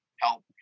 help